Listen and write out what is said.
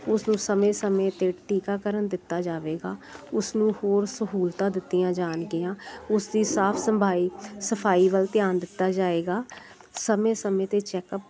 ਉਸ ਨੂੰ ਸਮੇਂ ਸਮੇਂ 'ਤੇ ਟੀਕਾਕਰਨ ਦਿੱਤਾ ਜਾਵੇਗਾ ਉਸ ਨੂੰ ਹੋਰ ਸਹੂਲਤਾਂ ਦਿੱਤੀਆਂ ਜਾਣਗੀਆਂ ਉਸਦੀ ਸਾਫ਼ ਸੰਭਾਈ ਸਫਾਈ ਵੱਲ ਧਿਆਨ ਦਿੱਤਾ ਜਾਏਗਾ ਸਮੇਂ ਸਮੇਂ 'ਤੇ ਚੈੱਕਅਪ